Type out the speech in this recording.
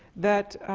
that